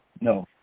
no